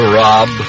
rob